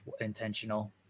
intentional